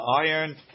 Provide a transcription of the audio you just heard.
iron